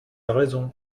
raison